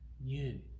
new